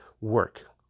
work